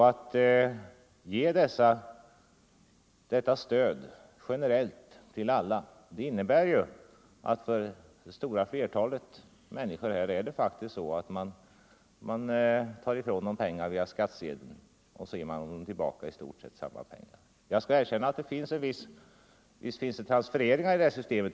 Att ge detta stöd generellt till alla in 171 nebär att man tar ifrån det stora flertalet människor pengar via skattsedeln och ger tillbaka i stort sett samma pengar. Jag skall visst erkänna att det finns transfereringar i systemet.